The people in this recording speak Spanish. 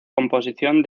composición